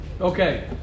Okay